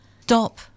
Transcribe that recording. stop